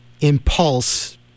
impulse